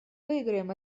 выиграем